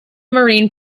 marine